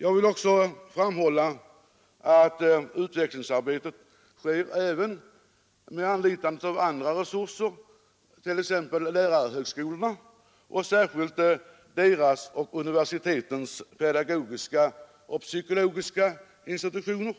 Jag vill också framhålla att utvecklingsarbetet sker även med anlitande av andra resurser, t.ex. lärarhögskolorna och särskilt deras och universitetens pedagogiska och psykologiska institutioner,